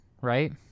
right